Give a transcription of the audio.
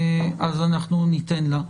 ד"ר קוגל,